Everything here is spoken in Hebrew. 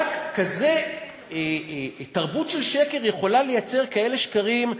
רק כזו תרבות של שקר יכולה לייצר כאלה שקרים: